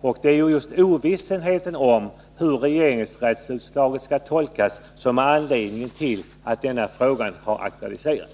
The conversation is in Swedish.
och det är just ovissheten om hur regeringsrättsutslaget skall tolkas som är anledningen till att frågan har aktualiserats.